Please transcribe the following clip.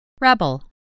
Rebel